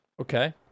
Okay